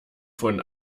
von